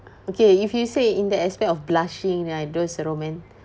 okay if you say in that aspect of blushing like those roman~